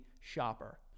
shopper